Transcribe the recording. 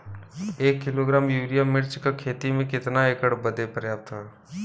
एक kilogram urea मिर्च क खेती में कितना एकड़ बदे पर्याप्त ह?